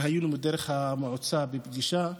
היינו דרך המועצה בפגישה,